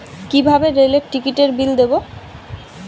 কিভাবে রেলের টিকিটের বিল দেবো?